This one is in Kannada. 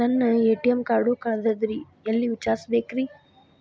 ನನ್ನ ಎ.ಟಿ.ಎಂ ಕಾರ್ಡು ಕಳದದ್ರಿ ಎಲ್ಲಿ ವಿಚಾರಿಸ್ಬೇಕ್ರಿ?